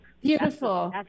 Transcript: Beautiful